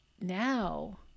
now